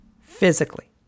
physically